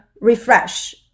refresh